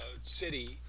city